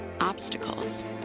obstacles